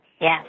Yes